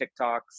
TikToks